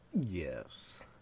Yes